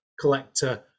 collector